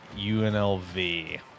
UNLV